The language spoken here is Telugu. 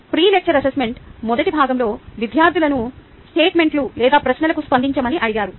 ప్రీ లెక్చర్ అసెస్మెంట్ మొదటి భాగంలో విద్యార్థులు స్టేట్మెంట్లు లేదా ప్రశ్నలకు స్పందించమని అడిగారు